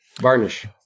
Varnish